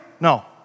no